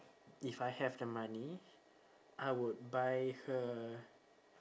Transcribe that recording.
if I have the money I would buy her